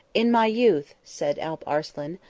in my youth, said alp arslan,